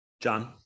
John